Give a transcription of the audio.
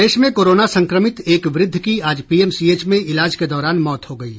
प्रदेश में कोरोना संक्रमित एक वृद्ध की आज पीएमसीएच में इलाज के दौरान मौत हो गयी